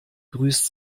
grüßt